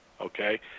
okay